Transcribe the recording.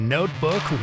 Notebook